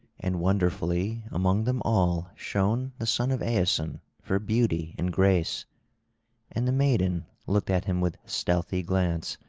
and wonderfully among them all shone the son of aeson for beauty and grace and the maiden looked at him with stealthy glance,